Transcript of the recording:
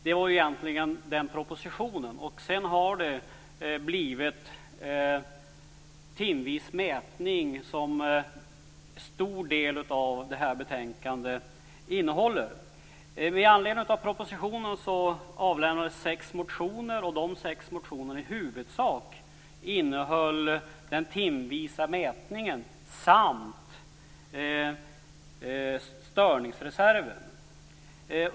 Det var egentligen fråga om den propositionen men sedan har frågan om timvis mätning kommit att utgöra en stor del av det här betänkandet. Med anledning av propositionen har sex motioner avlämnats. De sex motionerna handlar i huvudsak om den timvisa mätningen samt störningsreserven.